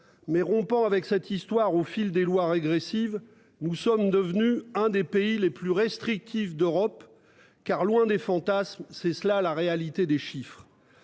mais rompant avec cette histoire au fil des lois régressives. Nous sommes devenus un des pays les plus restrictifs d'Europe car, loin des fantasmes, c'est cela la réalité des chiffres.